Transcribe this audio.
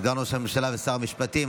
סגן ראש הממשלה ושר המשפטים,